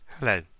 Hello